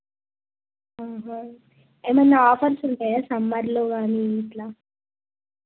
ఏమన్న ఆఫర్స్ ఉంటాయా సమ్మర్లో కానీ ఇలా